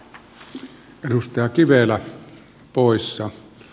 arvoisa puhemies